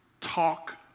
talk